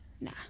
nah